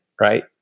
right